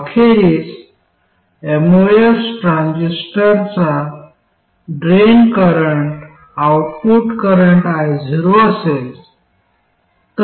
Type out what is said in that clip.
अखेरीस एमओएस ट्रान्झिस्टरचा drain current output current io असेल